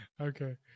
Okay